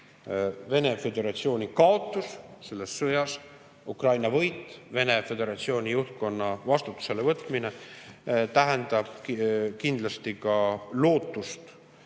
Venemaa Föderatsiooni kaotus selles sõjas, Ukraina võit ja Venemaa Föderatsiooni juhtkonna vastutusele võtmine tähendab ka lootust